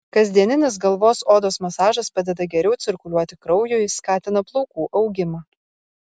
kasdieninis galvos odos masažas padeda geriau cirkuliuoti kraujui skatina plaukų augimą